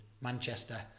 Manchester